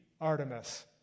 Artemis